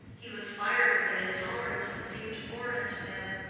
he was fired with an intolerance that seemed foreign to him.